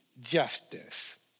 justice